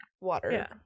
water